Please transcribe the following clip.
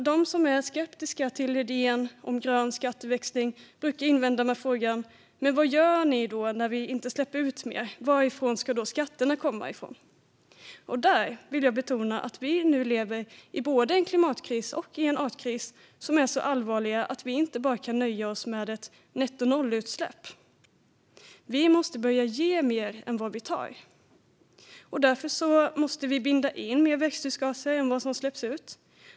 De som är skeptiska till idén om grön skatteväxling brukar invända med frågan: Vad gör ni när vi inte släpper ut mer? Varifrån ska då skatterna komma? Där vill jag betona att vi nu lever i både en klimatkris och en artkris som är så allvarliga att vi inte bara kan nöja oss med ett nettonollutsläpp. Vi måste börja ge mer än vad vi tar. Därför måste vi binda in mer växthusgaser än vad som släpps ut.